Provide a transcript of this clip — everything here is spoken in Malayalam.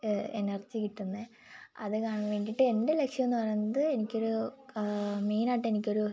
എനർജി കിട്ടുന്നേത് അത് കാണാൻ വേണ്ടിയിട്ട് എൻ്റെ ലക്ഷ്യം എന്നു പറയുന്നത് എനിക്കൊരു മെയിനായിട്ട് എനിക്കൊരു